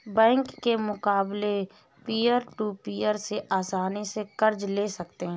bank के मुकाबले peer to peer से आसनी से कर्ज ले सकते है